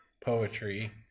poetry